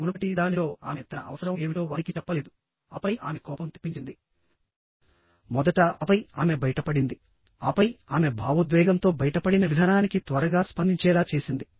మునుపటి దానిలో ఆమె తన అవసరం ఏమిటో వారికి చెప్పలేదు ఆపై ఆమె కోపం తెప్పించిందిమొదట ఆపై ఆమె బయటపడింది ఆపై ఆమె భావోద్వేగంతో బయటపడిన విధానానికి త్వరగా స్పందించేలా చేసింది